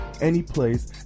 anyplace